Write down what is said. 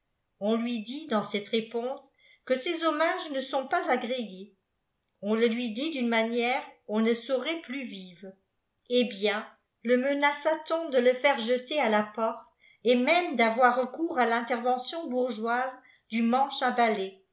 on lui dit dans cette réponse que ses hommages ne sont pas agréés on le lui dit d'une manière on ne saurait plus vive eh bieni le menaçàt on de le faire jeter à la porte et même d'avoir recouru à l'intervention bourgeoise du manche à balai